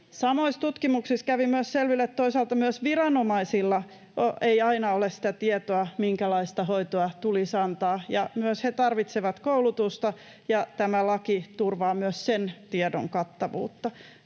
Samoissa tutkimuksissa kävi selville myös, että toisaalta myöskään viranomaisilla ei aina ole sitä tietoa, minkälaista hoitoa tulisi antaa, ja myös he tarvitsevat koulutusta, ja tämä laki turvaa myös sen tiedon kattavuutta.